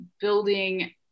building